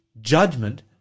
judgment